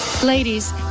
Ladies